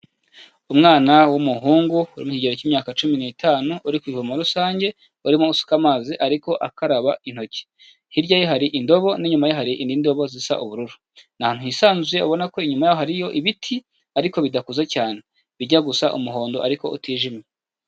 Umwana w'umuhungu uri mu kigero cy'imyaka cumi n'itanu, uri ku ivomo rusange, wari urimo asuka amazi ariko akaraba intoki, hirya ye hari indobo, n'inyuma ye hari indi indobo zisa ubururu, ni ahantu hisanzuye abona ko inyuma yaho hariyo ibiti ariko bidakuze cyane, bijya gusa umuhondo ariko utijimye.